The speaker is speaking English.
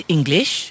English